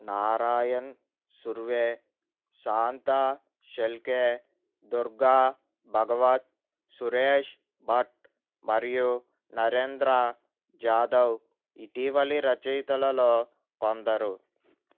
నారాయణ్ సుర్వే శాంతా షెల్కే దుర్గా భగవత్ సురేష్ భట్ మరియు నరేంద్ర జాదవ్ ఇటీవలి రచయితలలో కొందరు